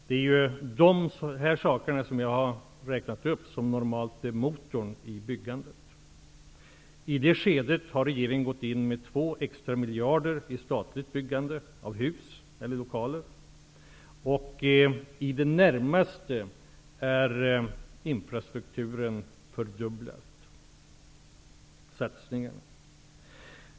De saker jag räknat upp är normalt motorn i byggandet. I det här skedet har regeringen gått in med 2 extra miljarder för statligt byggande av hus och lokaler. I det närmaste har satsningarna på infrastrukturen fyrdubblats.